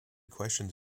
questions